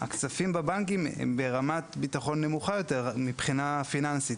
בבנקים הם ברמת ביטחון נמוכה יותר מבחינה פיננסית